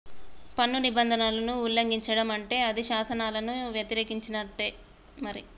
పన్ను నిబంధనలను ఉల్లంఘిచడం అంటే అది శాసనాలను యతిరేకించినట్టే మరి